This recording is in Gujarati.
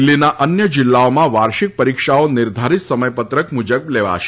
દિલ્ફીના અન્ય જિલ્લાઓમાં વાર્ષિક પરીક્ષાઓ નિર્ધારીત સમય પત્રક મુજબ લેવાશે